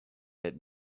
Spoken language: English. had